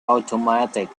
automatic